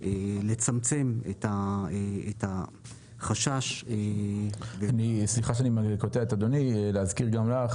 באים לצמצם את החשש -- סליחה שאני קוטע את אדוני אבל להזכיר גם לך,